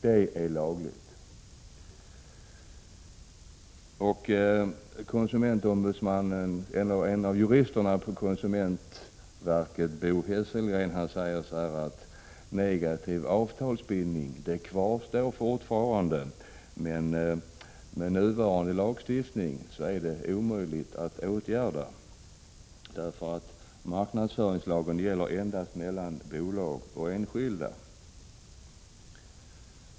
Detta är lagligt. En av juristerna på konsumentverket, Bo Hesselgren, säger följande: Negativ avtalsbindning kvarstår, men med nuvarande lagstiftning är det omöjligt att åtgärda, eftersom marknadsföringslagen gäller endast mellan bolag och enskilda.